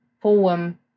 poem